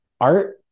art